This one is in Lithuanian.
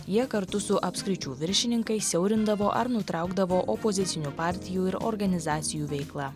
jie kartu su apskričių viršininkais siaurindavo ar nutraukdavo opozicinių partijų ir organizacijų veiklą